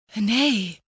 Nay